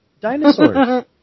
dinosaurs